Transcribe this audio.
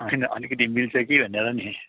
होइन अलिकति मिल्छ कि भनेर नि